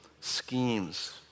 Schemes